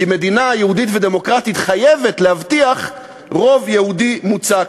כי מדינה יהודית ודמוקרטית חייבת להבטיח רוב יהודי מוצק.